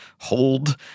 hold